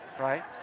Right